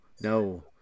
No